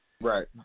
Right